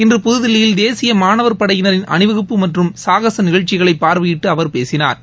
இன்று புதுதில்லியில் தேசிய மாணவர் பளடயினரின் அணி வகுப்பு மற்றும் சாகச நிகழ்ச்சிகளை பார்வையிட்டு அவர் பேசினா்